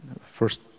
first